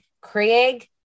craig